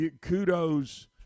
kudos